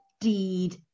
deed